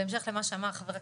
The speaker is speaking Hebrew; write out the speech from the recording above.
בהמשך למה שאמר חבר הכנסת,